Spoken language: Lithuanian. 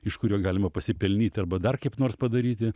iš kurio galima pasipelnyti arba dar kaip nors padaryti